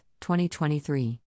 2023